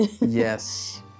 yes